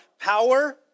power